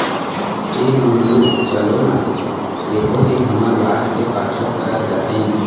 ऐ मंगलू चलो ना एको दिन हमर वार्ड के पार्षद करा जातेन